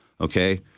okay